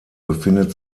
befindet